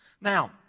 Now